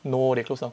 no they closed down